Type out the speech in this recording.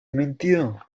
mentido